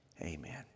Amen